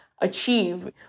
achieve